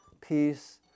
peace